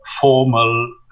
formal